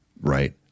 right